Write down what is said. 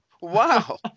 Wow